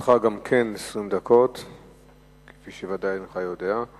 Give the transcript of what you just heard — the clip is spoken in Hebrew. לרשותך גם כן 20 דקות, כפי שבוודאי הינך יודע.